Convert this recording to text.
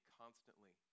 constantly